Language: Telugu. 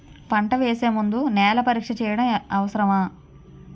పంట వేసే ముందు నేల పరీక్ష చేయటం అవసరమా?